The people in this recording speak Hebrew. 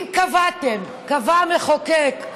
אם קבעתם, קבע המחוקק,